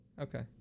Okay